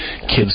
kids